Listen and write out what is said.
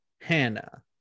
Hannah